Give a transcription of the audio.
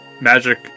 magic